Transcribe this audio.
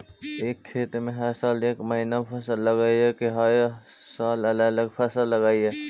एक खेत में हर साल एक महिना फसल लगगियै कि हर साल अलग अलग फसल लगियै?